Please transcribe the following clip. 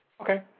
Okay